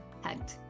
hugged